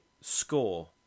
Score